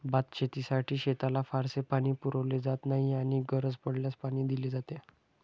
भातशेतीसाठी शेताला फारसे पाणी पुरवले जात नाही आणि गरज पडल्यास पाणी दिले जाते